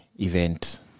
Event